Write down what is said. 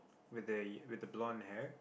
with the with a blonde hair